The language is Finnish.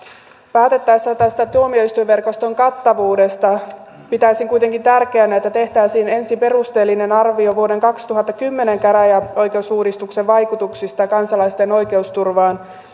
päätettäessä tästä tuomioistuinverkoston kattavuudesta pitäisin kuitenkin tärkeänä että tehtäisiin ensin perusteellinen arvio vuoden kaksituhattakymmenen käräjäoikeusuudistuksen vaikutuksista kansalaisten oikeusturvaan